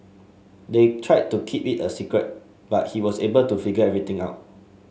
they tried to keep it a secret but he was able to figure everything out